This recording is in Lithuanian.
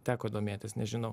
teko domėtis nežinau